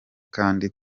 kandi